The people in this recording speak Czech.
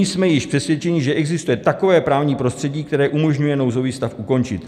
Nyní jsme již přesvědčeni, že existuje takové právní prostředí, které umožňuje nouzový stav ukončit.